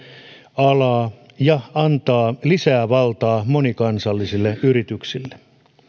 alaa ja antaa lisää valtaa monikansallisille yrityksille